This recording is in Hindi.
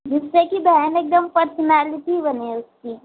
जिससे कि बहन एकदम पर्सनैलिटी बने उसकी